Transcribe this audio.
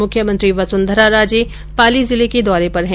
मुख्यमंत्री वसुंधरा राजे पाली जिले के दौरे पर है